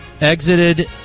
exited